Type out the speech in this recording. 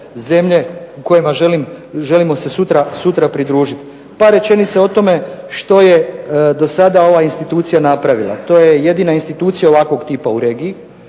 zemlje u kojima želimo se sutra pridružiti. Par rečenica o tome što je do sada ova institucija napravila. To je jedina institucija ovakvog tipa u regiji,